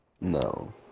No